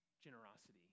generosity